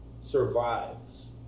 survives